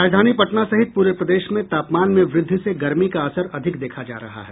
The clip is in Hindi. राजधानी पटना सहित पूरे प्रदेश में तापमान में वृद्धि से गर्मी का असर अधिक देखा जा रहा है